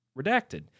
redacted